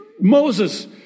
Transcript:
Moses